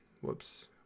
Whoops